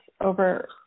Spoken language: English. over